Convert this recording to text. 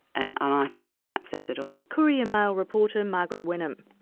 and and i think that that says it all. courier-mail reporter, margaret wenham.